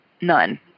None